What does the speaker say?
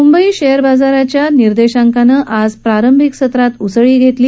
Mumbai share बाजाराच्या निर्देशांकानं आज प्रारंभिक सत्रात उसळी घेतली